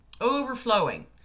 overflowing